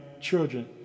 children